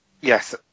Yes